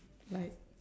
like